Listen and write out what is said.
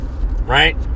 right